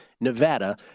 Nevada